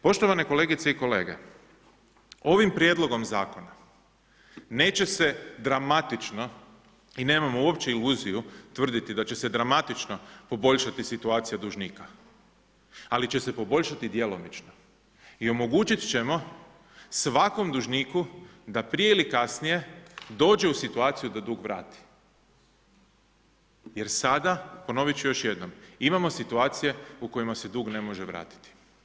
Poštovane kolegice i kolege, ovim prijedlogom zakona neće se dramatično i nemamo uopće iluziju tvrditi da će se dramatično poboljšati situacija dužnika ali će se poboljšati djelomično i omogućit ćemo svakom dužniku da prije ili kasnije dođe u situaciju da dug vrati jer sada, ponovit ću još jednom, imamo situacija u kojima se dug ne može vratiti.